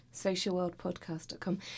socialworldpodcast.com